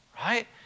right